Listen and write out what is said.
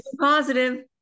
positive